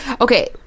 Okay